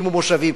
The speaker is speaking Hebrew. הקימו מושבים,